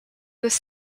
was